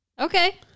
Okay